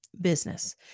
business